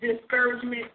discouragement